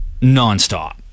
nonstop